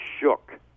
shook